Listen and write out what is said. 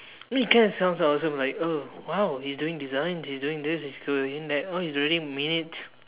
it kinda sounds awesome like oh !wow! he's doing designs he's doing this he's doing that oh he really means it